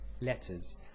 letters